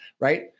right